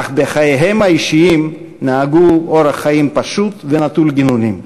אך בחייהם האישיים נהגו אורח חיים פשוט ונטול גינונים.